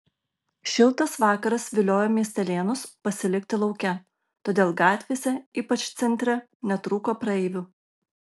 šiltas vakaras viliojo miestelėnus pasilikti lauke todėl gatvėse ypač centre netrūko praeivių